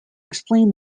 explain